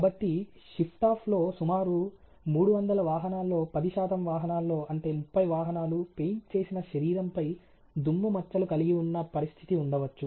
కాబట్టి shift of లో సుమారు 300 వాహనాల్లో 10 శాతం వాహనాల్లో అంటే 30 వాహనాలు పెయింట్ చేసిన శరీరంపై దుమ్ము మచ్చలు కలిగి ఉన్న పరిస్థితి ఉండవచ్చు